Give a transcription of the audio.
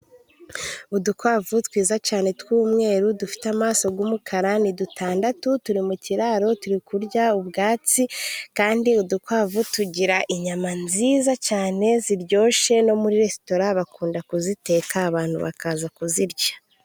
Udukwavu twiza cyane tw'umweru dufite amaso g'umukara ni dutandatu turi mu kiraro turi kurya ubwatsi, kandi udukwavu tugira inyama nziza cyane ziryoshye no muri resitora bakunda kuziteka abantu bakaza kuzirya.